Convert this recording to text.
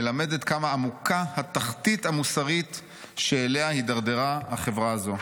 מלמדת כמה עמוקה התחתית המוסרית שאליה התדרדרה החברה הזו.